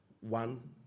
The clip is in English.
one